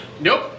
Nope